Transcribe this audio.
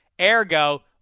Ergo